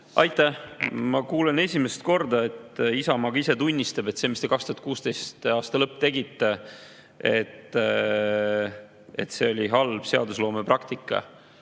Aitäh! Ma kuulen esimest korda, et Isamaa ka ise tunnistab, et see, mida te 2016. aasta lõpus tegite, oli halb seadusloome praktika.